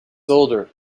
older